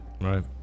Right